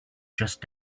just